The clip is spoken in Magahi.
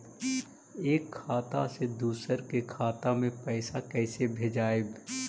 एक खाता से दुसर के खाता में पैसा कैसे भेजबइ?